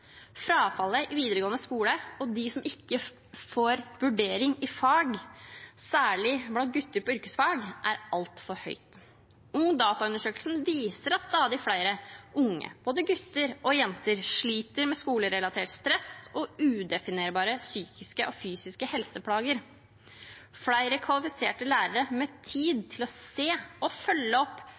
Frafallet i videregående skole og antallet som ikke får vurdering i fag, særlig blant gutter på yrkesfag, er altfor høyt. Ungdata-undersøkelsen viser at stadig flere unge, både gutter og jenter, sliter med skolerelatert stress og udefinerbare psykiske og fysiske helseplager. Flere kvalifiserte lærere med tid til å se og følge opp